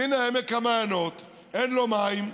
והינה, עמק המעיינות, אין לו מים.